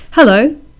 Hello